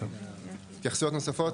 התייחסויות נוספות?